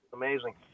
Amazing